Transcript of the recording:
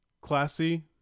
classy